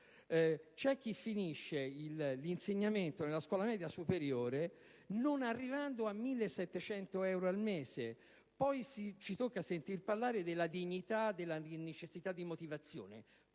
C'è chi finisce l'insegnamento nella scuola media superiore non arrivando a 1.700 euro al mese. Poi ci tocca sentir parlare della dignità, della necessità di motivazione.